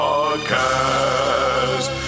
Podcast